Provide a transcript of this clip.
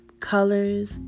colors